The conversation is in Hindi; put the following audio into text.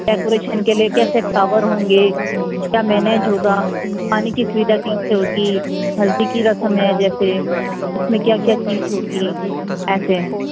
डेकोरेशन के लिए कैसे फ़्लावर होंगे क्या मैनेज होगा खाने कि सुविधा कैसे होगी हल्दी की रसम है जैसे इसमें क्या क्या चीज़ होगी ऐसे